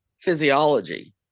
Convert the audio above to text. physiology